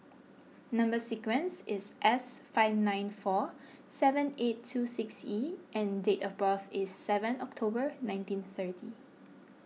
Number Sequence is S five nine four seven eight two six E and date of birth is seven October nineteen thirty